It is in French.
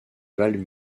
valent